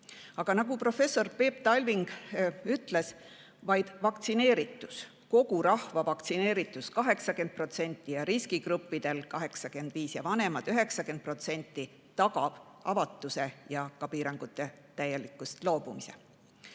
Aga nagu professor Peep Talving ütles, vaid vaktsineeritus – kogu rahva vaktsineeritus 80%, riskigruppidel 85% ja vanematel 90% – tagab avatuse ja ka piirangutest täielikult loobumise. COVID-19